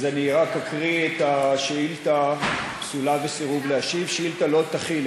אז אני רק אקריא את "שאילתה פסולה וסירוב להשיב: שאילתה לא תכיל,